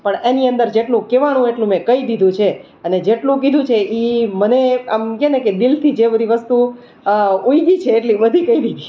પણ એની અંદર જેટલું કહેવાયું એટલું મેં કહી દીધું છે અને જેટલું કીધું છે એ મને આમ કહે ને કે દિલથી જે બધી વસ્તુ ઊગી છે એટલી બધી કરી છે